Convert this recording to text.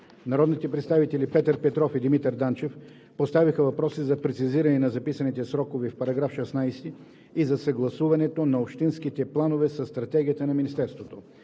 Народните представители Петър Петров и Димитър Данчев поставиха въпроси за прецизиране на записаните срокове в § 16 и за съгласуването на общинските планове със стратегията на Министерството